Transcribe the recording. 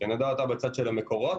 כשנדע אותה בצד של המקורות,